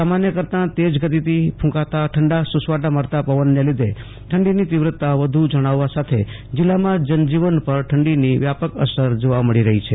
સામાન્ય કરતા તેજ ગતિથી ફૂંકાતા ઠંડા સુસવાટા મારતા પવનને લીધે ઠંડીની તીવ્રતા વધ્ જણવવા સાથે જિલ્લાના જનજીવન પર ઠંડીની વ્યાપક અસર જોવા મળી રહી છે